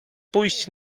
pójść